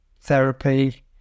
therapy